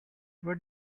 what